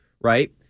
right